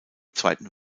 zweiten